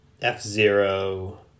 F-Zero